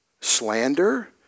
slander